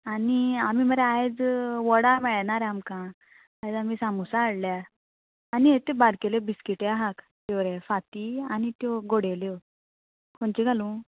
आनी आमी मरे आयज वडा मेळ्ळे ना रे आमकां आयज आमी सामोसा हाडल्या आनी एत्यो बारकेल्यो बिस्किट्यो आहाक त्यो रे फाती आनी त्यो गोडेल्यो खंयच्यो घालूं